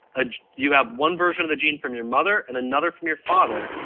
ah you have one version of the gene from your mother and another from your father.